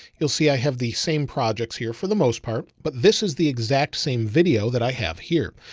you'll see, i have the same projects here for the most part, but this is the exact same video that i have here.